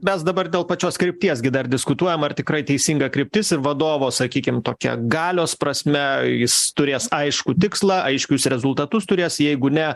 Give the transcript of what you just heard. mes dabar dėl pačios krypties gi dar diskutuojam ar tikrai teisinga kryptis ir vadovo sakykim tokia galios prasme jis turės aiškų tikslą aiškius rezultatus turės jeigu ne